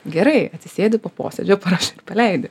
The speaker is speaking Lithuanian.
gerai atsisėdi po posėdžio parašai paleidi